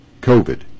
COVID